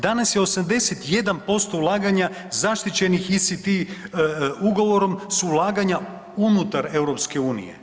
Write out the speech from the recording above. Danas je 81% ulaganja zaštićenih ISD ugovorom su ulaganja unutar EU.